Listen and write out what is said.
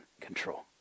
control